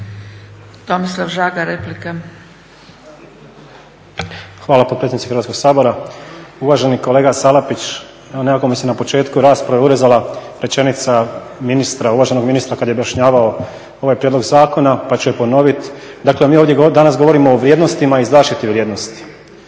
Tomislav (SDP)** Hvala potpredsjednice Hrvatskoga sabora. Uvaženi kolega Salapić, evo nekako mi se na početku rasprave urezala rečenica ministra, uvaženog ministra kada je objašnjavao ovaj prijedlog zakona pa ću je ponoviti. Dakle, mi ovdje danas govorimo o vrijednostima i zaštiti vrijednosti,